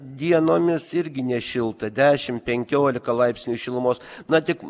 dienomis irgi nešilta dešim penkiolika laipsnių šilumos na tik